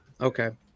Okay